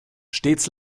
stets